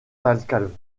thalcave